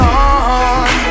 on